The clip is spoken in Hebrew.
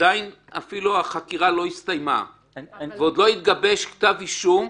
אפילו החקירה עדיין לא הסתיימה ועוד לא התגבש כתב אישום,